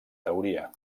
teoria